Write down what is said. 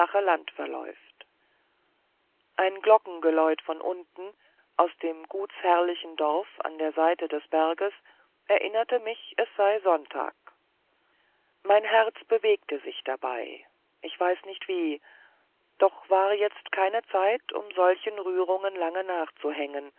verläuft ein glockengeläute von unten aus dem gutsherrschaftlichen dorf an der seite des berges erinnerte mich es sei sonntag mein herz bewegte sich dabei ich weiß nicht wie doch war jetzt keine zeit um solchen rührungen lang nachzuhängen